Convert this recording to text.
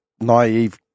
naive